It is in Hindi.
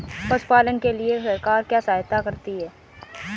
पशु पालन के लिए सरकार क्या सहायता करती है?